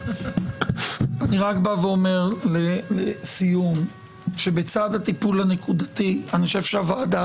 אני רק בא ואומר לסיום שבצד הטיפול הנקודתי אני חושב שהוועדה